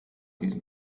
diesem